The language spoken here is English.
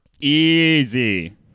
Easy